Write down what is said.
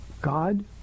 God